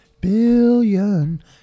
Billion